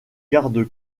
garde